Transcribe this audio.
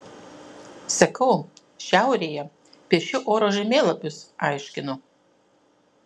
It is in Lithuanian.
sakau šiaurėje piešiu oro žemėlapius aiškinu